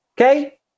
okay